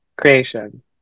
creation